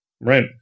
Right